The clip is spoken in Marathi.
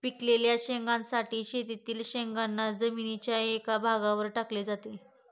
पिकलेल्या शेंगांसाठी शेतातील शेंगांना जमिनीच्या एका भागावर टाकले जाते